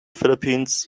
philippines